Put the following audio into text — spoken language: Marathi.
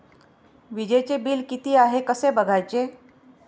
वीजचे बिल किती आहे कसे बघायचे?